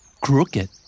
Crooked